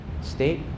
state